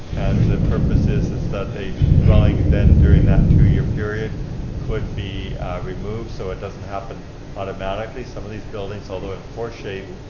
and the purpose is, is that a dwelling then during that two year period could be removed so it doesn't happen automatically. some of these building, although in poor shape,